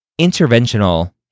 interventional